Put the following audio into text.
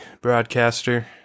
broadcaster